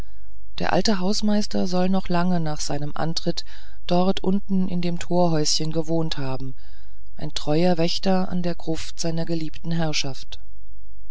der alte hausmeister soll noch lange nach seinem antritt dort unten in dem torhäuschen gewohnt haben ein treuer wächter an der gruft seiner geliebten herrschaft